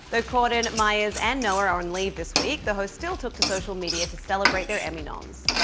though corden, meyers and noah are on leave this week, the hosts still took to social media to celebrate their emmy noms.